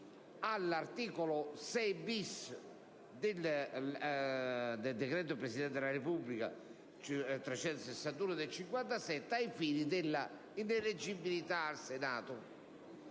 all'articolo 6-*bis* del decreto del Presidente della Repubblica n. 361 del 1957 ai fini della ineleggibilità al Senato.